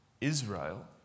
Israel